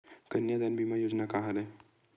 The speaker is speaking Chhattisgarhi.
कन्यादान बीमा योजना का हरय?